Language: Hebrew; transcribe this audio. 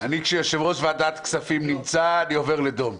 כשיושב-ראש ועדת הכספים נמצא אני עובר לדום.